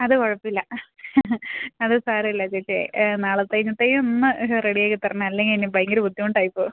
അത് കുഴപ്പമില്ല അത് സാരമില്ല ചേച്ചി നാളെ കഴിഞ്ഞത്തേന് റെഡിയാക്കി തരണേ അല്ലെങ്കിൽ ഇനി ഭയങ്കര ബുദ്ധിമുട്ടായി പോകും